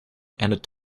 and